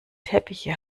teppiche